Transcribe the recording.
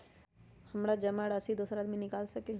हमरा जमा राशि दोसर आदमी निकाल सकील?